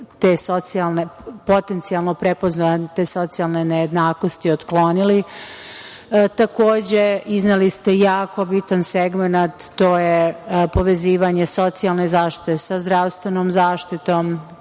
kako bi potencijalno prepoznali i te socijalne nejednakosti otklonili. Takođe, izneli ste jako bitan segment, a to je povezivanje socijalne zaštite sa zdravstvenom zaštitom,